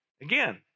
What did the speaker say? Again